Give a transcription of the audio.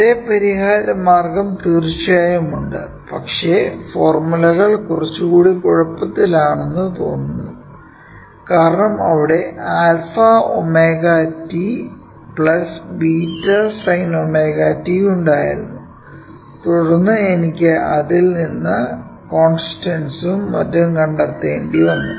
അതേ പരിഹാരമാർഗം തീർച്ചയായും ഉണ്ട് പക്ഷേ ഫോർമുലകൾ കുറച്ചുകൂടി കുഴപ്പത്തിലാണെന്ന് തോന്നുന്നു കാരണം ഇവിടെ 𝛂 cos ωt 𝜷sine ωt ഉണ്ടായിരുന്നു തുടർന്ന് എനിക്ക് അതിൽ നിന്ന് കോൺസ്റ്റന്റ്സും മറ്റും കണ്ടെത്തേണ്ടിവന്നു